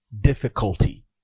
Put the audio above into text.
Difficulty